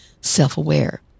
self-aware